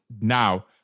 now